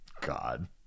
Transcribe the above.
God